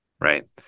right